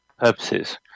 purposes